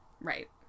Right